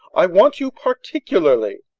i want you particularly.